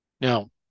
Now